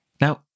Now